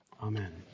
Amen